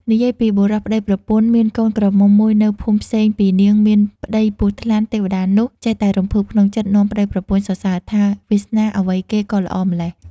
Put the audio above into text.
និយាយពីបុរសប្ដីប្រពន្ធ មានកូនក្រមុំមួយនៅ ភូមិផ្សេងពីនាងមានប្ដីពស់ថ្លាន់ ទេវតានោះចេះតែរំភើបក្នុងចិត្ដ នាំប្ដីប្រពន្ធសរសើរថា “វាសនាអ្វីគេក៏ល្អម្លេះ